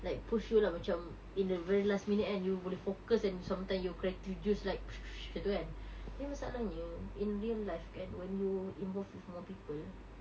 like push you lah macam in the very last minute kan you boleh focus and sometimes your creative juice like macam tu kan tapi masalahnya in real life kan when you involved with more people